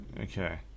Okay